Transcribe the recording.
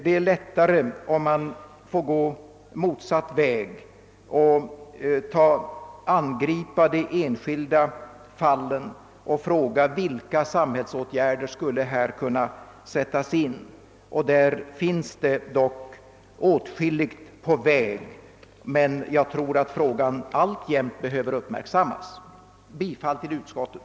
Det är lättare att gå den motsatta vägen och angripa de enskilda fallen och fråga: Vilka samhällsåtgärder behöver sättas in i det och det fallet? Åtskilligt är i gång, men jag tror att frågan alltjämt behöver uppmärksammas. Jag yrkar, herr talman, bifall till utskottet.